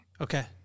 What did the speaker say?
Okay